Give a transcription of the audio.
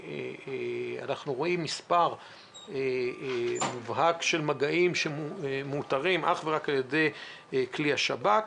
אנחנו רואים מספר מובהק של מגעים שמאותרים אך ורק על ידי כלי השב"כ,